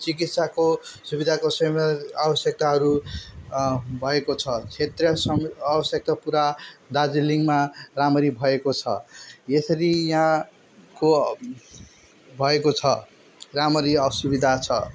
चिकित्साको सुविधाको आवश्यकताहरू भएको छ क्षेत्रीयसँगै आवश्यकता पुरा दार्जिलिङमा राम्ररी भएको छ यसरी यहाँको भएको छ राम्ररी असुविधा छ